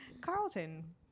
Carlton